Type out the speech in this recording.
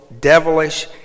devilish